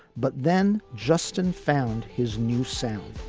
but then justin found his new sound